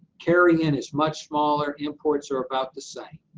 carry-in is much smaller, imports are about the same.